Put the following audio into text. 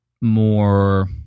more